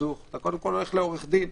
סכסוך אתה קודם כול הולך לעורך דין,